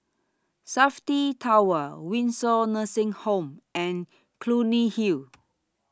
Safti Tower Windsor Nursing Home and Clunny Hill